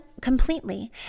completely